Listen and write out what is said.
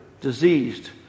diseased